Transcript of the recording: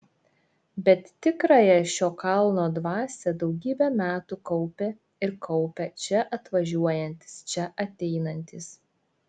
bet tikrąją šio kalno dvasią daugybę metų kaupė ir kaupia čia atvažiuojantys čia ateinantys